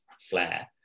flair